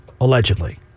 allegedly